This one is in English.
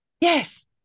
Yes